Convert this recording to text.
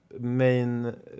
main